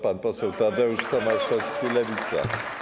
Pan poseł Tadeusz Tomaszewski, Lewica.